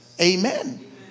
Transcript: Amen